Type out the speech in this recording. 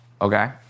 Okay